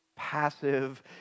Passive